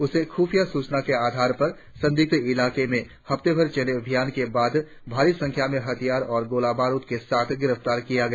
उसे खुफिया सूचनाओं के आधार पर संदिग्ध इलाकों में सप्ताह भर चले अभियान के बाद भारी संख्या में हथियार और गोला बारुद के साथ गिरफ्तार किया गया